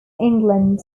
england